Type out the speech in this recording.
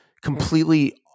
completely